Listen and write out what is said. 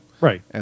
Right